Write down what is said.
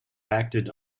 acted